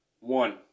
One